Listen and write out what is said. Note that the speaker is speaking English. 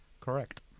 Correct